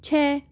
छः